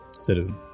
citizen